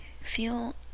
feel